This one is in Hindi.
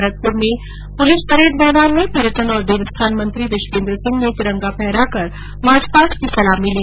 भरतपुर के पुलिस परेड मैदान में पर्यटन और देवस्थान मंत्री विश्वेन्द्र सिंह ने तिरंगा फहराकर मार्च पास्ट की सलामी ली